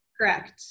Correct